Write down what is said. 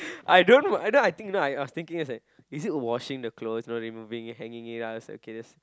I don't know either I think you know I I was think just that is it washing the clothes you know removing it hanging it up is okay that's